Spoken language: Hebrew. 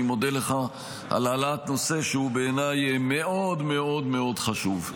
אני מודה לך על העלאת נושא שהוא בעיניי מאוד מאוד מאוד חשוב.